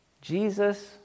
Jesus